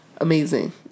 amazing